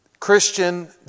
Christian